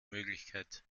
möglichkeit